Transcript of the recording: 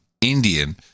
Indian